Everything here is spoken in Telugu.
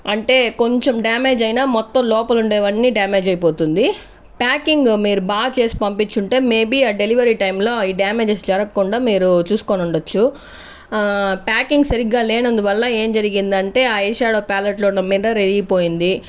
అంటే కొంచెం డ్యామేజ్ అయినా మొత్తం లోపల ఉండేవన్నీ డ్యామేజ్ అయిపోతుంది ప్యాకింగ్ మీరు బాగా చేసి పంపించి ఉంటే మే బి డెలివరీ టైమ్ ఈ డ్యామేజెస్ జరక్కుండా మీరు చూసుకొని ఉండొచ్చు ప్యాకింగ్ సరిగ్గా లేనందు వల్ల ఏం జరిగిందంటే ఆ ఐ షాడో ప్యాలెట్ లో ఉన్న మిర్రర్ విరిగిపోయింది